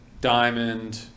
diamond